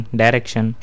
direction